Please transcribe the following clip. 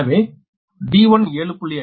எனவே d1 7